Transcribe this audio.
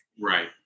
Right